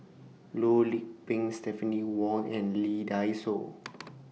Loh Lik Peng Stephanie Wong and Lee Dai Soh